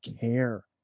care